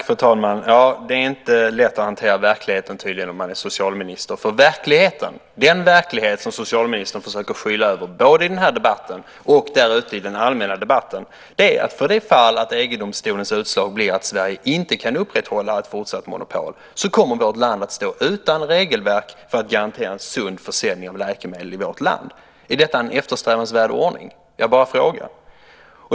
Fru talman! Det är tydligen inte lätt att hantera verkligheten när man är socialminister. Den verklighet som socialministern försöker skyla över både i den här debatten och där ute i den allmänna debatten är att i det fall att EG-domstolens utslag blir att Sverige inte kan upprätthålla ett fortsatt monopol kommer vårt land att stå utan regelverk för att garantera en sund försäljning av läkemedel i vårt land. Är detta en eftersträvansvärd ordning? Jag bara frågar.